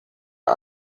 der